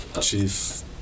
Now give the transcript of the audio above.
chief